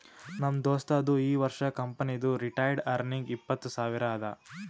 ನಮ್ ದೋಸ್ತದು ಈ ವರ್ಷ ಕಂಪನಿದು ರಿಟೈನ್ಡ್ ಅರ್ನಿಂಗ್ ಇಪ್ಪತ್ತು ಸಾವಿರ ಅದಾ